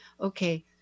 Okay